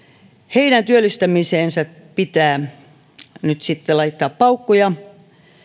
heidän työllistämiseensä pitää nyt sitten laittaa paukkuja